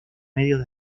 medio